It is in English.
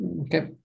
Okay